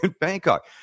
Bangkok